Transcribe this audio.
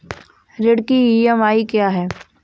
ऋण की ई.एम.आई क्या है?